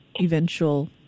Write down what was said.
eventual